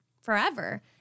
forever